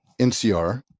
NCR